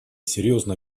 серьезно